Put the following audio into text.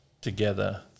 together